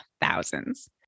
thousands